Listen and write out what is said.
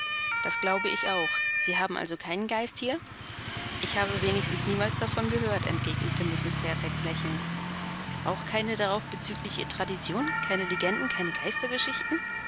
das glaube ich auch sie haben also keinen geist hier ich habe wenigstens niemals davon gehört entgegnete mrs fairfax lächelnd auch keine darauf bezügliche tradition keine legenden keine